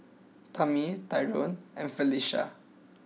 Tami Tyrone and Felisha